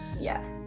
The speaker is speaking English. Yes